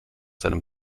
seinem